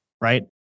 right